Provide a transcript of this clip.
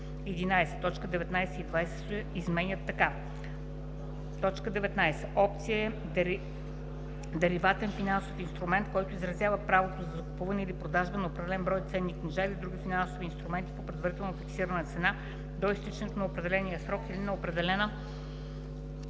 така: „19. „Опция” е деривативен финансов инструмент, който изразява правото за закупуване или продажба на определен брой ценни книжа или други финансови инструменти по предварително фиксирана цена до изтичането на определен срок или на определена